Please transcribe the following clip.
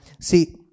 See